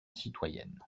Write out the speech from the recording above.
citoyennes